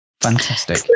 Fantastic